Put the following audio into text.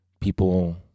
people